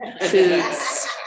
foods